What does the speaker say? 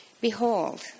Behold